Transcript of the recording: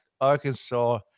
Arkansas